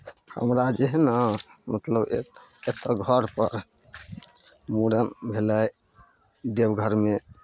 हमरा जे हइ ने मतलब एत् एतय घरपर मूड़न भेलै देवघरमे